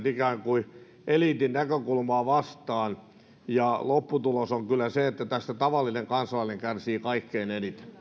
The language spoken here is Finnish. ikään kuin eliitin näkökulmaa vastaan ja lopputulos on kyllä se että tässä tavallinen kansalainen kärsii kaikkein eniten